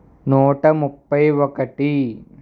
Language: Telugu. నూట ముప్పై ఒకటి